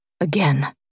Again